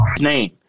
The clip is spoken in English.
name